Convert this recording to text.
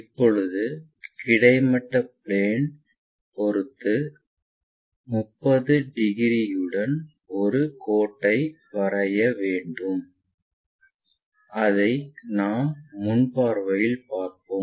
இப்போது கிடைமட்ட பிளேன் பொறுத்து 30 டிகிரியுடன் ஒரு கோட்டை வரைய வேண்டும் அதை நாம் முன் பார்வையில் பார்ப்போம்